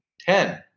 ten